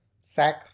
sack